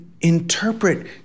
interpret